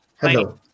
hello